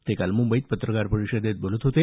ते काल मुंबईत पत्रकार परिषदेत बोलत होते